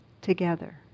together